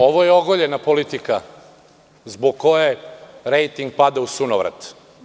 Ovo je ogoljena politika zbog koje rejting pada u sunovrat.